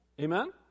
Amen